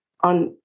on